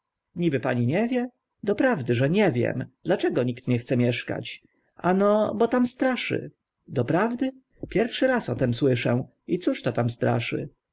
niby pani nie wie doprawdy że nie wiem dlaczego nikt nie chce mieszkać ano bo tam straszy doprawdy pierwszy raz o tym słyszę i cóż to tam straszy